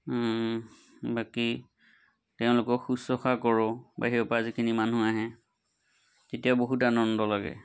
বাকী তেওঁলোকক শুশ্ৰূষা কৰোঁ বাহিৰৰপৰা যিখিনি মানুহ আহে তেতিয়াও বহুত আনন্দ লাগে